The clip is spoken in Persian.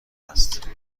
است